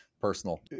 personal